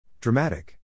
Dramatic